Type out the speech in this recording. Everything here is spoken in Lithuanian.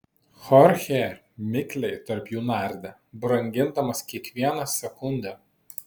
chorchė mikliai tarp jų nardė brangindamas kiekvieną sekundę